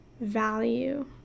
value